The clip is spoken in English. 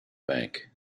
bank